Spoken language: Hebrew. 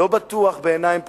לא בטוח בעיניים פקוחות,